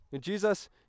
jesus